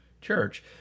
Church